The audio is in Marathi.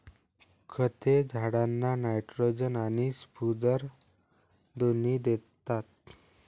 खते झाडांना नायट्रोजन आणि स्फुरद दोन्ही देतात